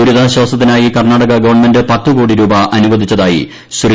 ദുരിതാശ്വാസത്തിനായി Karnataka government പത്ത് കോടി രൂപ അനുവദിച്ചതായി ശ്രീ